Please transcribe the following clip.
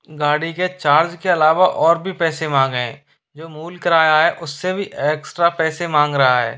गाड़ी के चार्ज के अलावा और भी पैसे मांगे हैं जो मूल किराया है उससे भी एक्स्ट्रा पैसे मांग रहा है